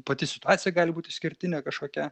pati situacija gali būt išskirtinė kažkokia